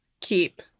keep